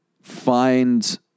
find